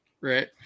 right